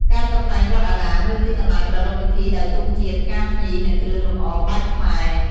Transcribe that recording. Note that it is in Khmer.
ការតុបតែងវត្តអារាម ឬទីកន្លែងប្រារព្ធពិធីដោយទង់ជាតិ ផ្កាភ្ញី និងគ្រឿងលម្អបែបខ្មែរ។